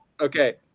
Okay